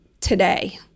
today